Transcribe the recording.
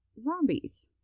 Zombies